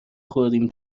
خوردیم